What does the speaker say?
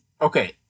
Okay